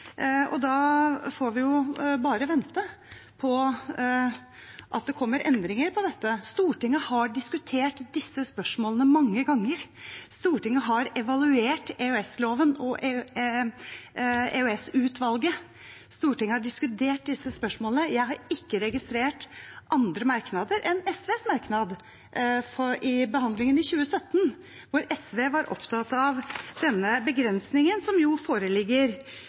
og da får vi bare vente på at det kommer endringer på dette. Stortinget har diskutert disse spørsmålene mange ganger. Stortinget har evaluert EOS-loven og EOS-utvalget. Stortinget har diskutert dette. Jeg har ikke registrert andre merknader enn SVs merknader i behandlingen i 2017, hvor SV var opptatt av denne begrensningen som jo foreligger